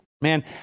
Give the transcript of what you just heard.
Man